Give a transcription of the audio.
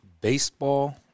Baseball